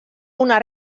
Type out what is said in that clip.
una